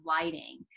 lighting